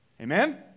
Amen